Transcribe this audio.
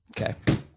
Okay